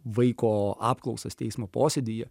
vaiko apklausas teismo posėdyje